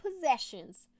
possessions